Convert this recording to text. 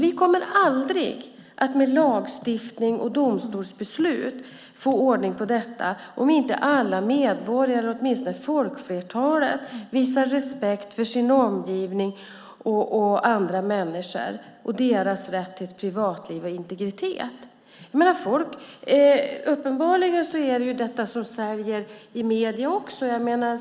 Vi kommer aldrig att med lagstiftning och domstolsbeslut få ordning på detta om inte alla medborgare, åtminstone folkflertalet, visar respekt för sin omgivning, för andra människor och deras rätt till ett privatliv och integritet. Uppenbarligen är det detta som säljer i medierna också.